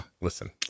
Listen